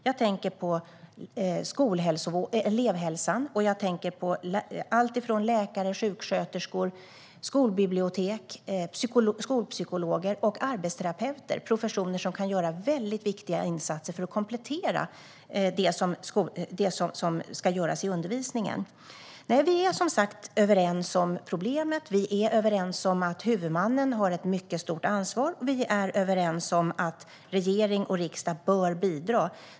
Jag tänker på elevhälsan, och jag tänker på allt från läkare och sjuksköterskor till skolbibliotekspersonal, skolpsykologer och arbetsterapeuter. Det är professioner som kan göra väldigt viktiga insatser för att komplettera det som ska göras i undervisningen. Vi är som sagt överens om problemet. Vi är överens om att huvudmannen har ett mycket stort ansvar. Vi är överens om att regering och riksdag bör bidra.